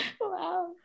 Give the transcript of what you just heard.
Wow